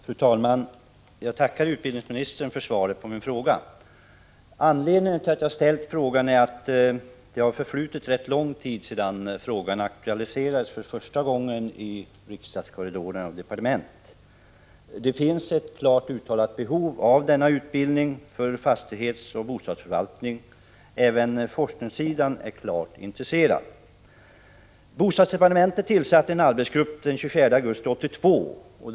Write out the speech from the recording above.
Fru talman! Jag tackar utbildningsministern för svaret på min fråga. Anledningen till att jag ställt frågan är att det har förflutit rätt lång tid sedan den här saken första gången aktualiserades i riksdagskorridorerna och i departementet. Det finns ett klart uttalat behov av denna utbildning inom området fastighetsoch bostadsförvaltning. Även från forskningssidan är man klart intresserad av en sådan utbildning. Bostadsdepartementet tillsatte en arbetsgrupp den 24 augusti 1982.